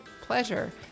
pleasure